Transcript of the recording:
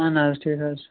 اَہَن حظ ٹھیٖک حظ